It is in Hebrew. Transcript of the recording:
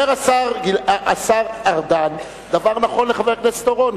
אומר השר ארדן דבר נכון לחבר הכנסת אורון,